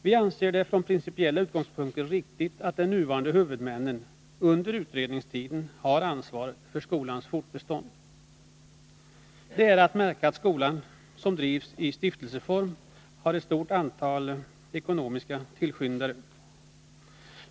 Vi anser det från principiella utgångspunkter riktigt att de nuvarande huvudmännen under utredningstiden har ansvaret för skolans fortbestånd. Det är att märka att skolan, som drivs i stiftelseform, har ett stort antal ekonomiska tillskyndare.